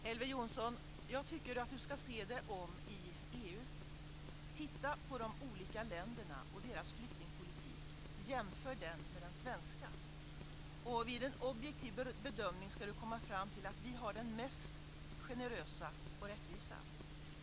Herr talman! Jag tycker att Elver Jonsson ska se sig om i EU. Titta på de olika länderna och deras flyktingpolitik och jämför den med den svenska! Vid en objektiv bedömning ska han komma fram till att vi har den mest generösa och rättvisa flyktingpolitiken.